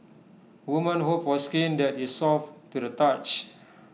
women hope for skin that is soft to the touch